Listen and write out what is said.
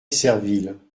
serville